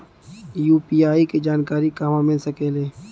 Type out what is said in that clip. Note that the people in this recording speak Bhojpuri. यू.पी.आई के जानकारी कहवा मिल सकेले?